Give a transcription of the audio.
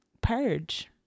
purge